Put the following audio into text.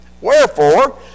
Wherefore